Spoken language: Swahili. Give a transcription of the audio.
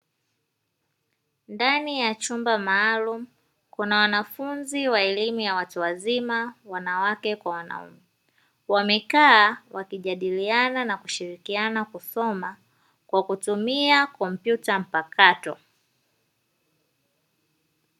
Ndani ya chumba maalumu, kuna wanafunzi wa elimu ya watu wazima wanawake kwa wanaume. Wamekaa wakijadiliana na kushirikiana kusoma kwa kutumia kompyuta mpakato.